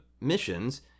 missions